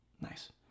nice